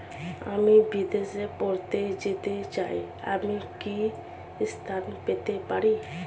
আমি বিদেশে পড়তে যেতে চাই আমি কি ঋণ পেতে পারি?